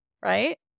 right